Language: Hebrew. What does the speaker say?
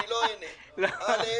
אני לא אענה על כך.